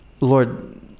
Lord